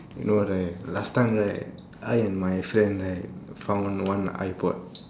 you know right last time right I and my friend right found one iPod